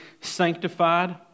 sanctified